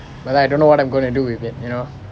but I don't know what I'm gonna do with it you know